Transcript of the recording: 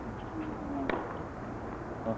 उम अह